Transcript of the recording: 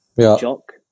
jock